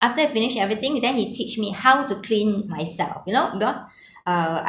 after he finish everything with everything he teach me how to clean myself you know because uh I